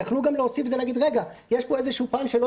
יכלו גם להוסיף ולהגיד: יש פה פן שלא